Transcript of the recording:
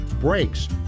Brakes